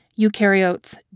eukaryotes